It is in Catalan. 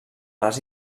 les